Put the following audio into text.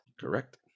Correct